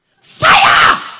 Fire